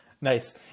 Nice